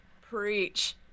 Preach